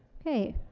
okay.